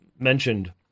mentioned